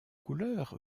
couleur